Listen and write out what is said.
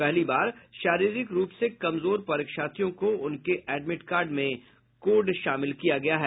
पहली बार शारीरिक रूप से कमजोर परीक्षार्थियों को उनके एडमिड कार्ड में कोड शामिल किया गया है